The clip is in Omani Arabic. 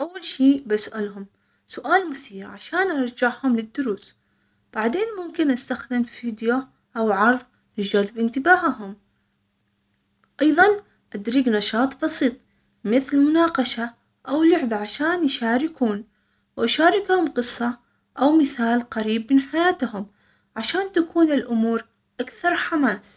اول شي بسألهم سؤال مثير عشان ارجعهم للدروس بعدين ممكن استخدم فيديو او عرظ لجذب انتباههم ايضا تدريج نشاط بسيط مثل مناقشة او لعبة عشان يشاركون ويشاركهم قصة او مثال قريب من حياتهم عشان تكون الامور اكثر حماس.